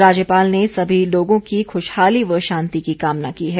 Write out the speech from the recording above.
राज्यपाल ने सभी लोगों की ख्शहाली व शांति की कामना की है